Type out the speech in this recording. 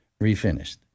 refinished